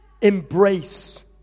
embrace